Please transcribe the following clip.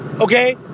okay